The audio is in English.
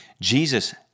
Jesus